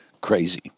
crazy